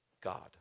God